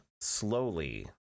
slowly